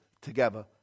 together